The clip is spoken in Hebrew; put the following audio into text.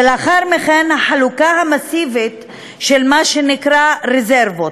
ולאחר מכן, החלוקה המסיבית של מה שנקרא רזרבות.